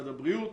במשרד הבריאות,